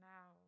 Now